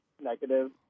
negative